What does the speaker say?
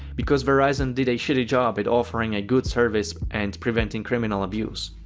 because verizon did a shitty job at offering a good service and preventing criminal abuse.